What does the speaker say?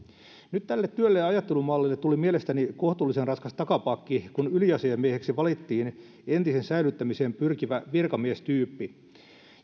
nyt tälle työlle ja ajattelumallille tuli mielestäni kohtuullisen raskas takapakki kun yliasiamieheksi valittiin entisen säilyttämiseen pyrkivä virkamiestyyppi